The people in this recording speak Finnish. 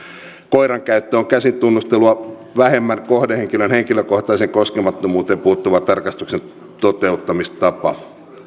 koiran käyttö on käsin tunnustelua vähemmän kohdehenkilön henkilökohtaiseen koskemattomuuteen puuttuva tarkastuksen toteuttamistapa